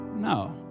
No